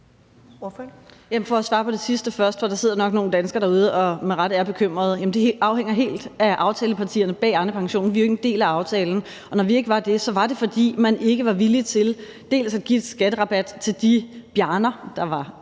Jeg vil svare på det sidste først, for der sidder nok nogle danskere derude og med rette er bekymrede. Det afhænger helt af aftalepartierne bag Arnepensionen. Vi er jo ikke en del af aftalen, og når vi ikke var det, så var det, fordi man dels ikke var villig til at give en skatterabat til de Bjarner, der havde